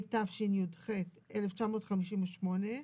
התשי"ח 1958,